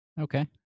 Okay